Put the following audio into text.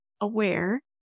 aware